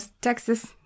Texas